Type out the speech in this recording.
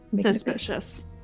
Suspicious